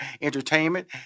Entertainment